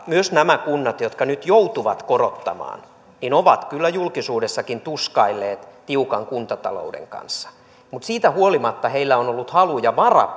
myös nämä kunnat jotka nyt joutuvat korottamaan ovat kyllä julkisuudessakin tuskailleet tiukan kuntatalouden kanssa mutta siitä huolimatta heillä on ollut halu ja vara